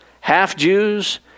half-Jews